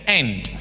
end